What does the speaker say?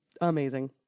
Amazing